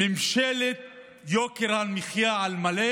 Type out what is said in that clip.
ממשלת יוקר המחיה על מלא